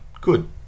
Good